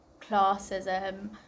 classism